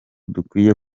dukwiye